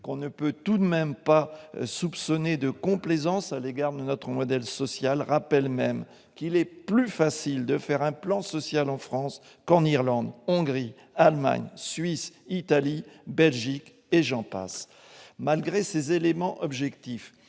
qu'on ne peut tout de même pas soupçonner de complaisance à l'égard de notre modèle social, rappelle même qu'il est plus facile de faire un plan social en France qu'en Irlande, en Hongrie, en Allemagne, en Suisse, en Italie, en Belgique, parmi d'autres pays. Malgré ces éléments objectifs,